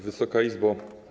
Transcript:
Wysoka Izbo!